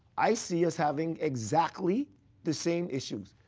i see us having exactly the same issues.